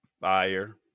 fire